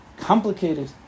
complicated